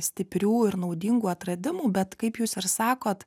stiprių ir naudingų atradimų bet kaip jūs ir sakot